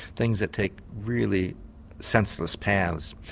things that take really senseless paths.